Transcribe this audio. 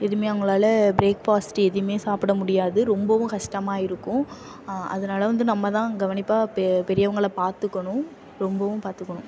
எதுவுமே அவங்களால breakfast எதுவுமே சாப்பிட முடியாது ரொம்பவும் கஷ்டமாக இருக்கும் அதனால வந்து நம்மதான் கவனிப்பாக பெ பெரியவங்கள பார்த்துக்கணும் ரொம்பவும் பார்த்துக்குணும்